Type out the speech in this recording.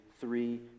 three